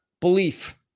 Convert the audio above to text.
belief